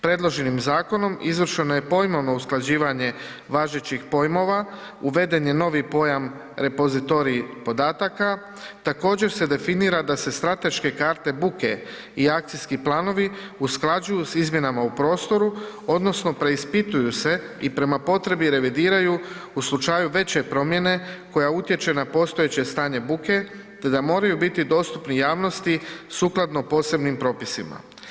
Predloženim zakonom izvršeno je pojmovno usklađivanje važećih pojmova, uveden je novi pojam repozitorij podataka, također se definira da se strateške karte buke i akcijski planovi usklađuju s izmjenama u prostoru odnosno preispituju se i prema potrebi revidiraju u slučaju veće promjene koja utječe na postojeće stanje buke te da moraju biti dostupni javnosti sukladno posebnim propisima.